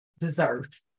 deserved